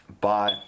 bye